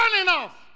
enough